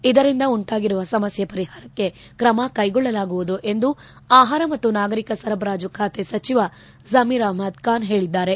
ಇದರಿಂದ ಉಂಟಾಗಿರುವ ಸಮಸ್ತ ಪರಿಹಾರಕ್ಷೆ ತ್ರಮಕ್ಕೆಗೊಳ್ಳಲಾಗುವುದು ಎಂದು ಆಹಾರ ಮತ್ತು ನಾಗರಿಕ ಸರಬರಾಜು ಖಾತೆ ಸಚಿವ ಜಮೀರ್ ಅಷ್ಟದ್ ಖಾನ್ ಹೇಳಿದ್ದಾರೆ